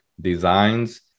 Designs